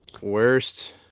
worst